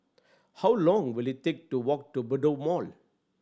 how long will it take to walk to Bedok Mall